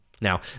now